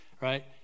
right